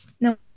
No